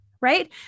Right